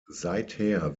seither